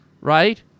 right